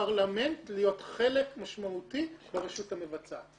לפרלמנט להיות חלק משמעותי ברשות המבצעת.